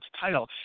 title